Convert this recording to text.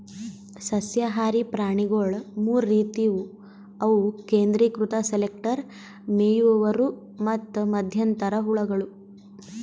ಸಸ್ಯಹಾರಿ ಪ್ರಾಣಿಗೊಳ್ ಮೂರ್ ರೀತಿವು ಅವು ಕೇಂದ್ರೀಕೃತ ಸೆಲೆಕ್ಟರ್, ಮೇಯುವವರು ಮತ್ತ್ ಮಧ್ಯಂತರ ಹುಳಗಳು